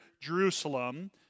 Jerusalem